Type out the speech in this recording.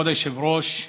כבוד היושב-ראש,